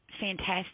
fantastic